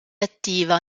attiva